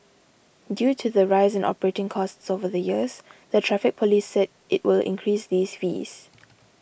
due to the rise in operating costs over the years the Traffic Police said it will increase these fees